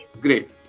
Great